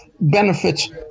benefits